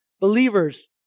believers